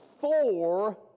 four